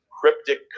cryptic